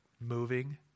moving